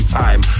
time